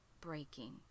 breaking